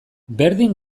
berdin